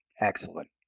Excellent